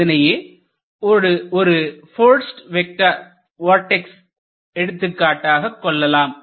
இதனையே ஒரு போர்சிடு வொர்ட்ஸ் எடுத்துக்காட்டாகக் கொள்ளலாம்